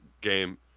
game –